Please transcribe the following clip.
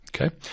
Okay